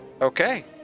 Okay